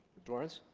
doris?